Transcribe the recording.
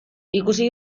ikusi